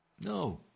No